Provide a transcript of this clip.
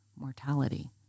mortality